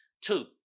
Two